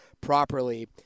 properly